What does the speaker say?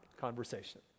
conversation